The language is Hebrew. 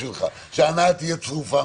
בשבילך שההנאה תהיה צרופה,